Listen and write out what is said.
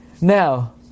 Now